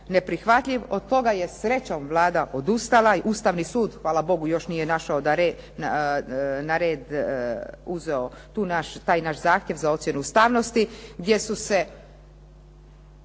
Od toga je srećom Vlada odustala. Ustavni sud hvala Bogu još nije našao na red uzeo taj naš zahtjev za ocjenu ustavnosti gdje su se